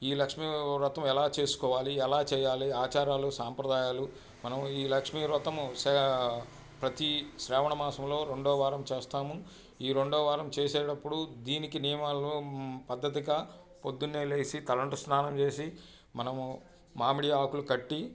ఈ లక్ష్మీ వ్రతం ఎలా చేసుకోవాలి ఎలా చేయాలి ఆచారాలు సాంప్రదాయాలు మనం ఈ లక్ష్మీ వ్రతం శా ప్రతీ శ్రావణ మాసంలో రెండో వారం చేస్తాము ఈ రెండో వారం చేసేడప్పుడు దీనికి నియమాలు పద్ధతిగా పొద్దున్నే లేసి తలంటు స్నానం చేసి మనము మామిడి ఆకులు కట్టి